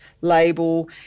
label